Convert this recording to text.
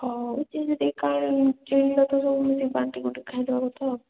କହୁଛି ଯଦି କାଇଁ ବାଣ୍ଟି କୁଣ୍ଟିକି ଖାଇଦେବା କଥା ଆଉ